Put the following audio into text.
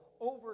over